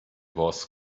was